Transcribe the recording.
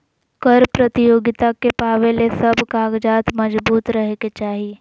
कर प्रतियोगिता के पावे ले सब कागजात मजबूत रहे के चाही